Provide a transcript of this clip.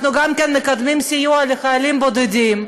אנחנו גם מקדמים סיוע לחיילים בודדים,